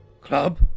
Club